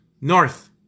north